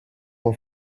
will